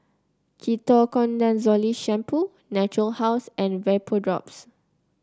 Ketoconazole Shampoo Natura House and Vapodrops